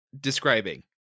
describing